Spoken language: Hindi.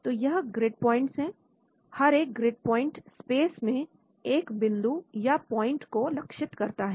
तो यह ग्रिड प्वाइंट्स है हर एक ग्रिड प्वाइंट स्पेस में 1 बिंदु या पॉइंट को लक्षित करता है